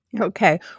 Okay